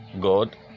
God